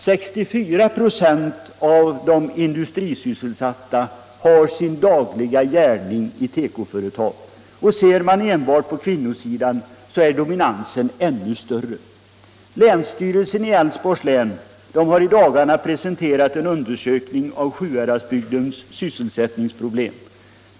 64 & av de industrisysselsatta har sin dagliga gärning i tekoföretag, och ser man enbart på kvinnosidan är dominansen ännu större, Länsstyrelsen i Älvsborgs län har i dagarna presenterat en undersökning av Sjuhäradsbygdens sysselsättningsproblem.